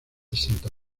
santa